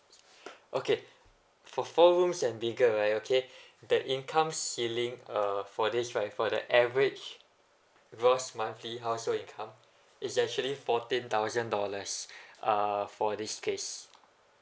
okay for four rooms and bigger right okay the income ceiling uh for this right for the average gross monthly household income is actually fourteen thousand dollars uh for this case